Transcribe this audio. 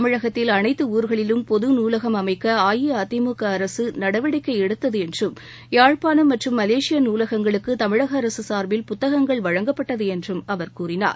தமிழகத்தில் அனைத்து ஊர்களிலும் பொது நூலகம் அமைக்க அஇஅதிமுக அரசு நடவடிக்கை எடுத்து என்றும் யாழ்ப்பாணம் மற்றும் மலேசியா நூலகங்களுக்கு தமிழக அரசு சார்பில் புத்தகங்கள் வழங்கப்பட்டது என்றும் அவர் கூறினார்